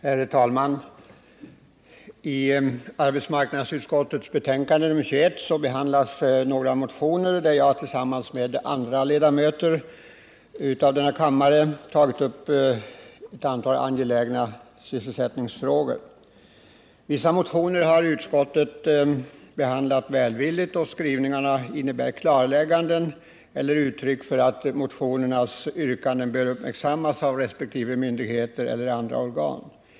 Herr talman! I arbetsmarknadsutskottets betänkande nr 21 behandlas några motioner där jag tillsammans med andra ledamöter av kammaren tagit upp ett antal angelägna sysselsättningsfrågor. Vissa motioner har utskottet behandlat välvilligt, och skrivningarna innebär klarlägganden eller uttryck för att motionernas yrkanden bör uppmärksammas av resp. myndigheter eller andra organ.